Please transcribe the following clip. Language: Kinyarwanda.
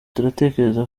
turatekereza